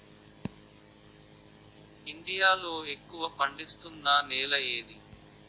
India లో ఎక్కువ పండిస్తున్నా నేల ఏది?